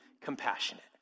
compassionate